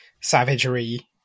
savagery